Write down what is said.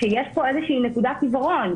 ואז יש נקודת עיוורון,